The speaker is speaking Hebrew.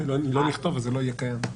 לא נכתוב אז זה לא יהיה קיים.